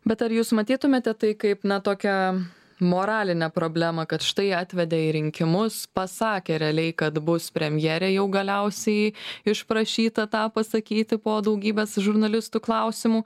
bet ar jūs matytumėte tai kaip na tokią moralinę problemą kad štai atvedė į rinkimus pasakė realiai kad bus premjerė jau galiausiai išprašyta tą pasakyti po daugybės žurnalistų klausimų